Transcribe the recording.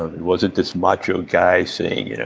it wasn't this macho guy saying. you know